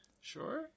Sure